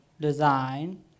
design